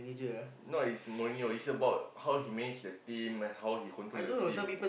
not is Morneo is about how he manage the team and how he control the team